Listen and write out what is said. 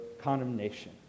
condemnation